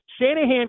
Shanahan